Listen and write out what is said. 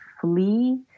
flee